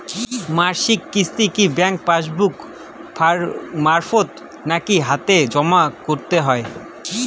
মাসিক কিস্তি কি ব্যাংক পাসবুক মারফত নাকি হাতে হাতেজম করতে হয়?